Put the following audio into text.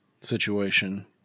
situation